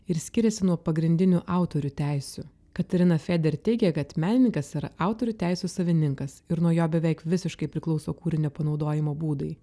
ir skiriasi nuo pagrindinių autorių teisių katarina feder teigia kad menininkas yra autorių teisių savininkas ir nuo jo beveik visiškai priklauso kūrinio panaudojimo būdai